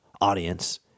audience